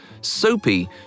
Soapy